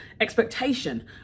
expectation